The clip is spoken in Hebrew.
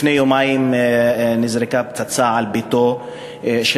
לפני יומיים נזרקה פצצה על ביתו של